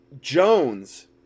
jones